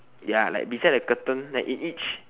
ya like beside the curtain that in each